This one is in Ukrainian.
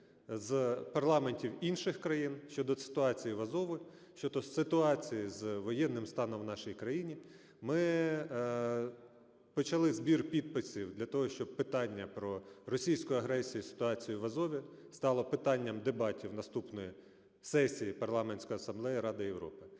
з парламентів інших країн щодо ситуації в Азові, щодо ситуації з воєнним станом в нашій країні. Ми почали збір підписів для того, щоб питання про російську агресію і ситуацію в Азові стало питанням дебатів наступної сесії Парламентської Асамблеї Ради Європи.